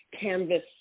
canvas